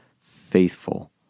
faithful